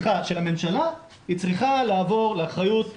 היא צריכה לעבור לאחריות המעסיקים,